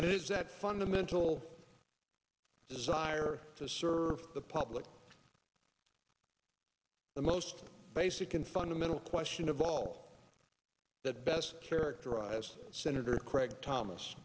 and it is that fundamental desire to serve the public the most basic and fundamental question of all that best characterized senator craig thomas